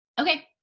Okay